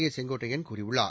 ஏ செங்கோட்டையன் கூறியுள்ளார்